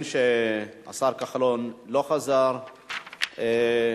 בעד, 11, אין מתנגדים.